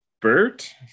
Bert